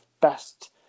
best